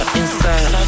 inside